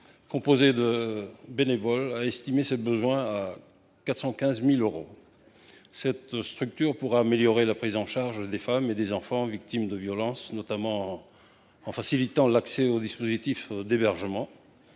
qu’avec des bénévoles et elle estime ses besoins à 415 000 euros. Cette structure pourra améliorer la prise en charge des femmes et des enfants victimes de violences, notamment en facilitant l’accès à un hébergement